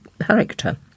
character